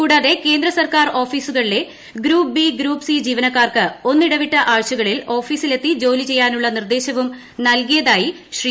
കൂടാതെ കേന്ദ്ര സർക്കാർ ഓഫീസുകളിലെ ഗ്രൂപ്പ് ബി ഗ്രൂപ്പ് സ്ട്രൂ ജീവനക്കാർക്ക് ഒന്നിടവിട്ട ആഴ്ചകളിൽ ഓഫീസിലെത്തി ജ്യോലി ചെയ്യാനുള്ള നിർദ്ദേശവും നൽകിയതായി ശ്രീ